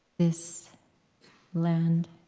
this land